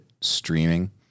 streaming